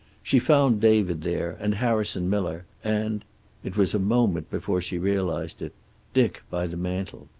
she found david there and harrison miller, and it was a moment before she realized it dick by the mantel.